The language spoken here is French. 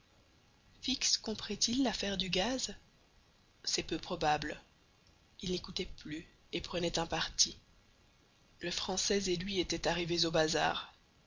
fix comprit-il l'affaire du gaz c'est peu probable il n'écoutait plus et prenait un parti le français et lui étaient arrivés au bazar